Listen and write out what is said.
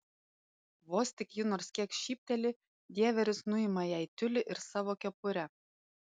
vos tik ji nors kiek šypteli dieveris nuima jai tiulį ir savo kepurę